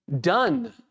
done